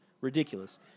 Ridiculous